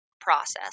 process